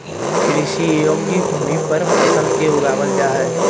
कृषि योग्य भूमि पर फसल के उगाबल जा हइ